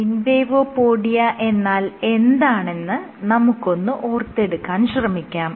invadopodia എന്നാൽ എന്താണെന്ന് നമുക്കൊന്ന് ഓർത്തെടുക്കാൻ ശ്രമിക്കാം